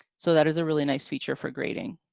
so, that is a really nice feature for grading.